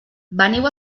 veniu